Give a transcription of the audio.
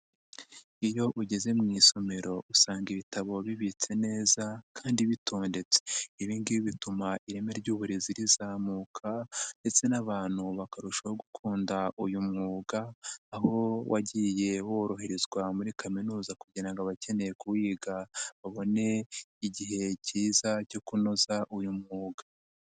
Iyo ugeze mu isomero usanga ibitabo bibitse neza kandi bitondetse, ibi ngibi bituma ireme ry'uburezi rizamuka ndetse n'abantu bakarushaho gukunda uyu mwuga, aho wagiye woroherezwa muri kaminuza kugira ngo abakeneye kuwiga babone igihe cyiza cyo kunoza uyu mwuga.